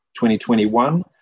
2021